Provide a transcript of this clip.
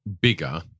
bigger